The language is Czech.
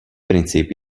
princip